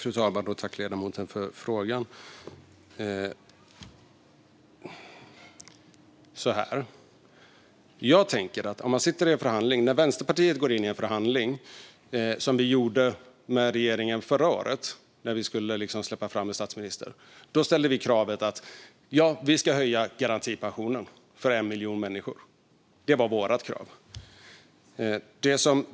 Fru talman! Tack för frågan, ledamoten! När Vänsterpartiet gick in i förhandlingen för att släppa fram statsministern förra året ställde vi kravet att garantipensionen skulle höjas för 1 miljon människor. Det var vårt krav.